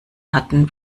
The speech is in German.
hatten